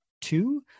two